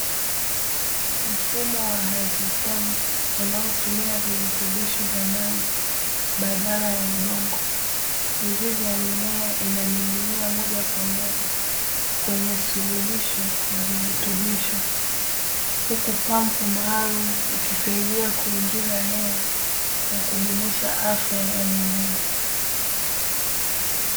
Mfumo wa hydroponi unaotumia virutubisho vya maji badala ya udongo mizizi ya mimea inaning'inia moja kwa moja kwenye suluhisho na virutubisho huku pumpu maalumu, ikisaidia kuingiza hewa na kudumisha afya ya mimea.